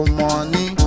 money